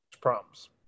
problems